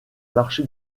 marché